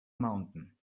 mountain